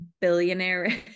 billionaire